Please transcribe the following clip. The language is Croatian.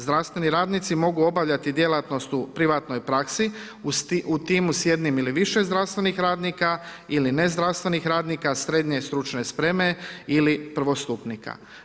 Zdravstveni radnici mogu obavljati djelatnost u privatnoj praksi u timu s jednim ili više zdravstvenih radnika ili nezdravstvenih radnika srednje stručne spreme ili prvostupnika.